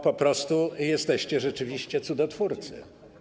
Po prostu jesteście rzeczywiście cudotwórcami.